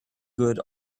good